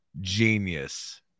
genius